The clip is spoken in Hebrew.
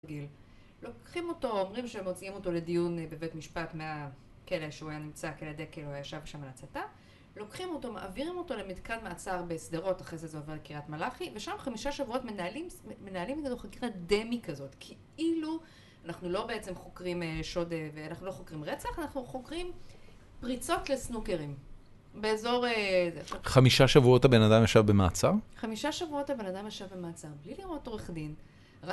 לוקחים אותו אומרים שהם מוציאים אותו לדיון בבית משפט מהכלא שהוא היה נמצא, כלא שהוא ישב שם על הצטה. לוקחים אותו מעבירים אותו למתקן מעצר בשדרות, אחרי זה זה עובר לקרית מלאכי ושם חמישה שבועות מנהלים נגדנו חקירת דמי כזאת כאילו אנחנו לא בעצם חוקרים שוד, ואנחנו לא חוקרים רצח אנחנו חוקרים פריצות לסנוקרים באזור... חמישה שבועות הבן אדם ישב במעצר? חמישה שבועות הבן אדם ישב במעצר בלי לראות עורך דין